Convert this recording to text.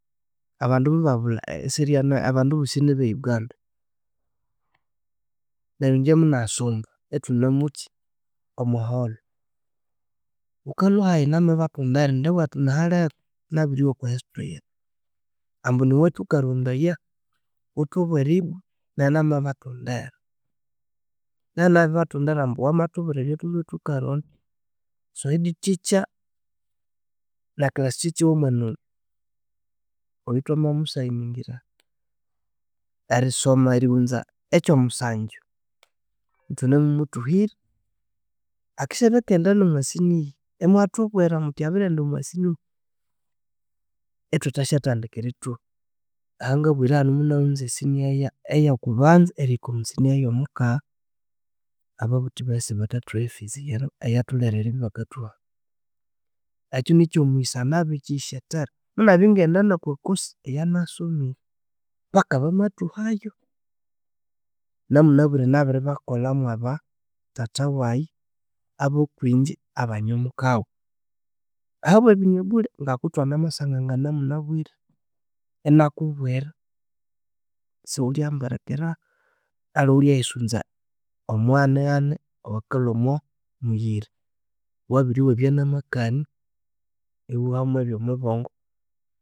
Abandu mubabulha abandu bosi nibe Uganda. Neryo ingye munasumba ithunemukyi omwaholhu wukalhwa hayi namabathondera indi awithu nihalebe nabiryowa oko history yithu ambu niwe thukarondaya wuthubwire ibwa inayi namabathondera. Namabya nabiri bathondera ambu wamathubwira ebyathulwe thukarondya so headteacher na class teacher owa mwana oyu, oyu thwamamusayiningira erisoma eriwunza ekyomusangyu ithunimumuthuhira akisyabya akaghenda nomo senior imwathubwira muthi abirighenda omwa senior ithuthasyathandika erithuha. Ahanga buyirahano munawunza esenior eya kubanza erihika omo senior eyo mukagha ababuthi baye sibathathuha efees iyatholere eribya ibakathuha. Ekyo nikyo mughisa nabirikyiyisyethera munabya ingaghenda noko course eyanasomire paka bamathuhayo. Namunabire nabiribakolhamu mwaba thatha waghe abakwingye abanyamukawu ahabwa binywe bulhe ngakuthwanamasangangana munabire inakubwira siwewulyambirikira aliwe wulya yisunza omughanighani owokalha omomuyira. Wabiryowa ebyanamakania iweha mwebyomubongo